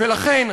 ולכן,